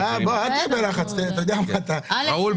ראול,